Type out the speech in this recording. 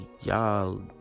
y'all